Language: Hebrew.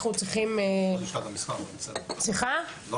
אני